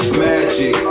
magic